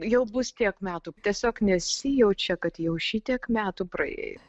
jau bus tiek metų tiesiog nesijaučia kad jau šitiek metų praėjo